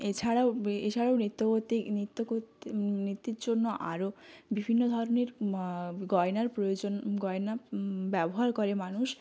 এছাড়াও এছাড়াও নৃত্য করতে নৃত্য করতে নৃত্যের জন্য আরও বিভিন্ন ধরনের গয়নার প্রয়োজন গয়না ব্যবহার করে মানুষ